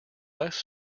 less